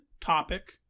topic